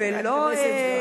חברת הכנסת זוארץ,